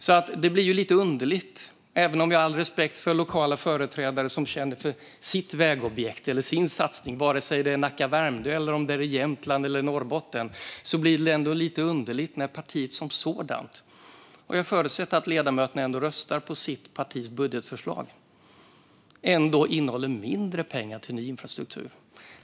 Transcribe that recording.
Därför blir det lite underligt, även om jag har all respekt för lokala företrädare som känner för sitt vägobjekt eller sin satsning oavsett om det är Nacka, Värmdö, Jämtland eller Norrbotten. Det blir lite underligt när partiet som sådant - jag förutsätter att ledamöterna röstar på sitt partis budgetförslag - föreslår mindre pengar till ny infrastruktur.